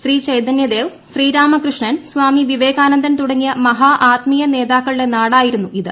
ശ്രീ ചൈതന്യദേവ് ശ്രീരാമകൃഷ്ണൻ സ്വാമി വിവേകാനന്ദൻ തുടങ്ങിയ മഹാ ആത്മീയ നേതാക്കളുടെ നാടായിരുന്നു ഇത്